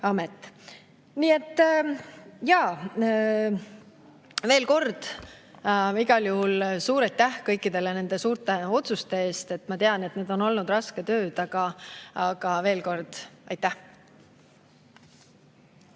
amet. Veel kord, igal juhul suur aitäh kõikidele nende suurte otsuste eest! Ma tean, et need on olnud rasked ööd. Aga veel kord aitäh!